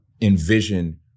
envision